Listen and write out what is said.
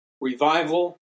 revival